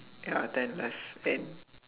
ya attend less and